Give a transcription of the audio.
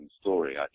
story